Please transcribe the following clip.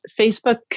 Facebook